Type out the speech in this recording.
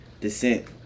descent